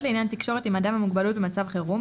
לעניין תקשורת עם אדם עם מוגבלות במצב חירום,